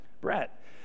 Brett